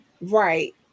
right